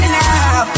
now